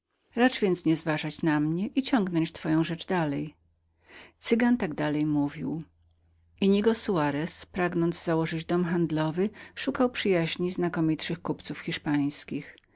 racz więc nieuważać na mnie i ciągnąć twoją rzecz dalej cygan tak dalej mówił innigo soarez pragnąc założyć dom handlowy szukał przyjaźni pierwszych kupców i bankierów hiszpańskich